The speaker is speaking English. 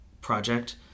project